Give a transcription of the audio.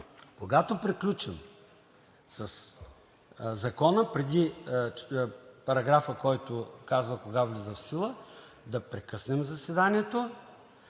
когато приключим със Закона, преди параграфа, който казва кога влиза в сила, да прекъснем заседанието,